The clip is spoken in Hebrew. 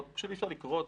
פשוט אי אפשר לקרוא אותו,